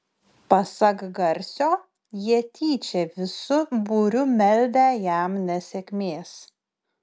pasak garsio jie tyčia visu būriu meldę jam nesėkmės